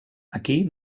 aquí